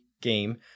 game